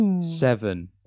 seven